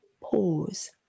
pause